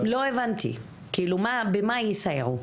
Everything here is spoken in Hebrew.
לא הבנתי, במה יסייעו?